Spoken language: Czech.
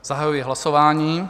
Zahajuji hlasování.